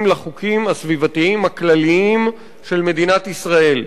לחוקים הסביבתיים הכלליים של מדינת ישראל.